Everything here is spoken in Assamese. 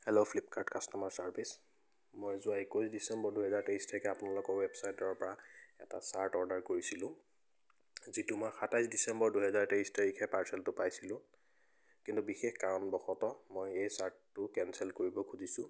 হেল্ল' ফ্লিপকাৰ্ট কাষ্ট'মাৰ চাৰ্ভিছ মই যোৱা একৈছ ডিচেম্বৰ দুহেজাৰ তেইছ তাৰিখে আপোনালোকৰ ৱেবছাইটৰ পৰা এটা চাৰ্ট অৰ্ডাৰ কৰিছিলোঁ যিটো মই সাতাইছ ডিচেম্বৰ দুহেজাৰ তেইছ তাৰিখে পাৰ্চেলটো পাইছিলোঁ কিন্তু বিশেষ কাৰণবশতঃ মই এই চাৰ্টটো কেঞ্চেল কৰিব খুজিছোঁ